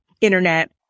internet